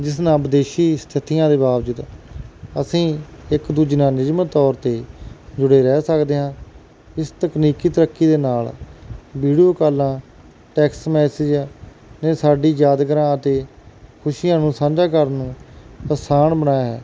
ਜਿਸ ਨਾਲ ਵਿਦੇਸ਼ੀ ਸਥਿਤੀਆਂ ਦੇ ਬਾਵਜੂਦ ਅਸੀਂ ਇੱਕ ਦੂਜੇ ਨਾਲ ਨਿਯਮਿਤ ਤੌਰ 'ਤੇ ਜੁੜੇ ਰਹਿ ਸਕਦੇ ਹਾਂ ਇਸ ਤਕਨੀਕੀ ਤਰੱਕੀ ਦੇ ਨਾਲ ਵੀਡੀਓ ਕਾਲਾਂ ਟੈਕਸਟ ਮੈਸੇਜ ਨੇ ਸਾਡੀ ਯਾਦਗਰਾਂ ਅਤੇ ਖੁਸ਼ੀਆਂ ਨੂੰ ਸਾਂਝਾ ਕਰਨ ਨੂੰ ਅਸਾਨ ਬਣਾਇਆ ਹੈ